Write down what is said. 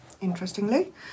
interestingly